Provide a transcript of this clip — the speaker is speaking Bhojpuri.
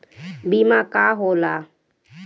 बीमा का होला?